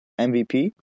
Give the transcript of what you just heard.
MVP